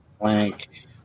Blank